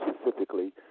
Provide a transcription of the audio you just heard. specifically